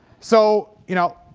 so you know,